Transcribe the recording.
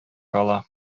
кала